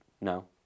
No